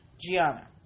Gianna